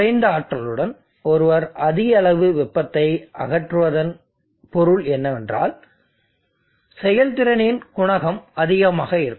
குறைந்த ஆற்றலுடன் ஒருவர் அதிக அளவு வெப்பத்தை அகற்றுவதன் பொருள் என்னவென்றால் செயல்திறனின் குணகம் அதிகமாக இருக்கும்